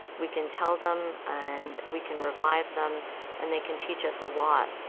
we can tell them and we can revive them and they can teach us a lot.